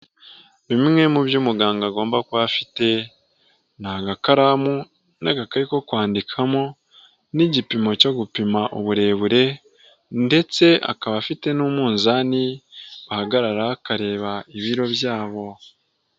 Bimwe mu byo umuganga agomba kuba afite, ni agakaramu n'agakaye ko kwandikamo n'igipimo cyo gupima uburebure, ndetse akaba afite n'umunzani bahagarara akareba ibiro byabo.